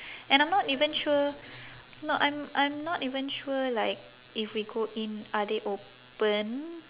and I'm not even sure no I'm I'm not even sure like if we go in are they open